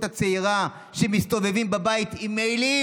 הצעירה שמסתובבים בבית עם מעילים,